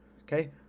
okay